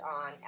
on